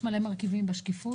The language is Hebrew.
יש המון מרכיבים בשקיפות.